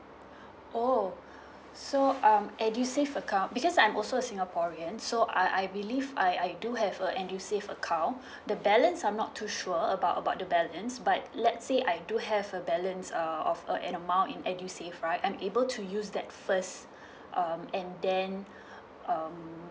oh so um edusave account because I'm also a singaporean so I I believe I I do have a edusave account the balance I'm not too sure about about the balance but let's say I do have a balance uh of uh an amount in edusave right I'm able to use that first um and then um